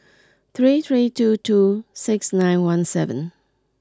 three three two two six nine one seven